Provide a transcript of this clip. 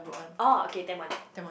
oh okay ten month